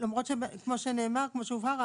למרות שכמו שהובהר,